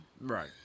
Right